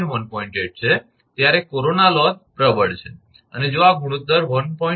8 છે ત્યારે કોરોના લોસ પ્રબળ છે અને જો આ ગુણોત્તર 1